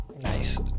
nice